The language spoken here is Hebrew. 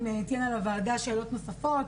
אם תהיינה לוועדה שאלות נוספות,